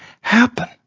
happen